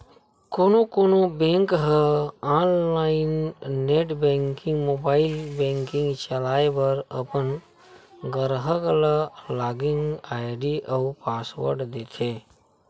कोनो कोनो बेंक ह online net banking, mobile banking चलाए बर अपन गराहक ल लॉगिन आईडी अउ पासवर्ड देथे